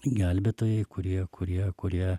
gelbėtojai kurie kurie kurie